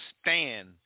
stand